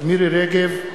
מירי רגב,